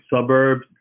suburbs